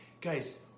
guys